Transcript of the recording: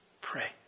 pray